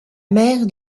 mère